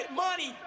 money